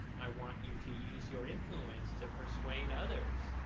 i want you to use your influence to persuade others,